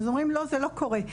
אז אומרים לא, זה לא קורה.